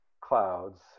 clouds